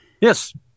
Yes